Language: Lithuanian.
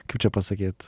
kaip čia pasakyt